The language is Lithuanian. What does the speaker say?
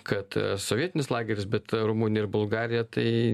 kad sovietinis lageris bet rumunija ir bulgarija tai